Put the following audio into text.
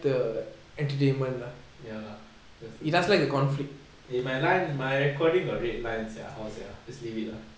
ya lah that's the thing eh my line my recording got red line sia how sia just leave it ah